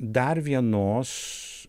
dar vienos